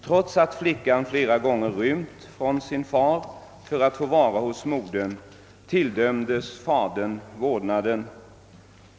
Trots att flickan flera gånger rymt från sin far för att få vara hos modern tilldömdes fadern vårdnaden.